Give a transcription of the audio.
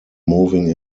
moving